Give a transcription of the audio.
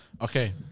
Okay